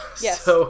Yes